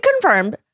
confirmed